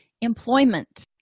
employment